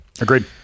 agreed